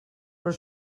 però